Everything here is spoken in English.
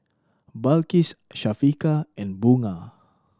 Balqis Syafiqah and Bunga